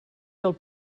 del